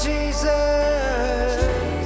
Jesus